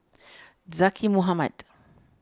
Zaqy Mohamad